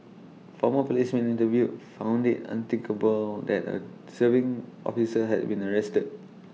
former policemen interviewed found IT unthinkable that A serving officer had been arrested